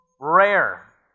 rare